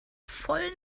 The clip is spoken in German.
voll